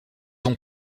ont